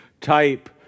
type